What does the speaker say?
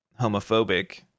homophobic